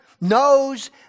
knows